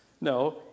No